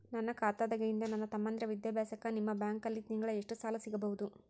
ನನ್ನ ಖಾತಾದಾಗಿಂದ ನನ್ನ ತಮ್ಮಂದಿರ ವಿದ್ಯಾಭ್ಯಾಸಕ್ಕ ನಿಮ್ಮ ಬ್ಯಾಂಕಲ್ಲಿ ತಿಂಗಳ ಎಷ್ಟು ಸಾಲ ಸಿಗಬಹುದು?